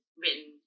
written